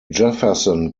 jefferson